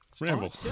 ramble